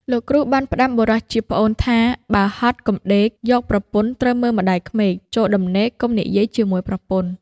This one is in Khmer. លោកគ្រូបានផ្ដាំបុរសជាប្អូនថា “បើហត់កុំដេក, យកប្រពន្ធត្រូវមើលម្ដាយក្មេក, ចូលដំណេកកុំនិយាយជាមួយប្រពន្ធ”។